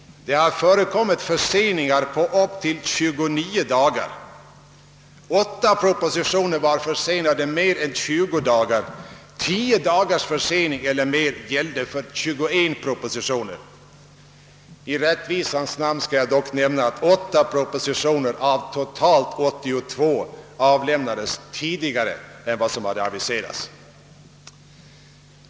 Det har förekommit förseningar på upp till 29 dagar. 8 propositioner var försenade mer än 20 dagar. 10 dagars försening eller mer gällde för 21 propositioner. I rättvisans namn skall jag dock nämna, att 8 propositioner av totalt 82 avlämnades tidigare än som aviserats.